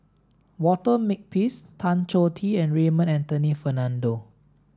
Walter Makepeace Tan Choh Tee and Raymond Anthony Fernando